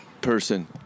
person